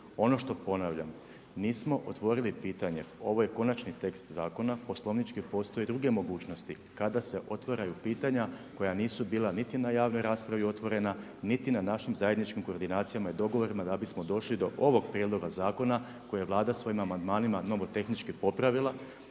Ono što ponavljam nismo otvorili pitanje, ovo je konačni tekst zakona, poslovnički postoje druge mogućnosti kada se otvaraju pitanja koja nisu bila niti na javnoj raspravi otvorena, niti na našim zajedničkim koordinacijama i dogovorima da bismo došli do ovog prijedloga zakona koje je Vlada svojim amandmanima nomotehnički popravila,